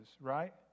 right